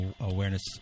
awareness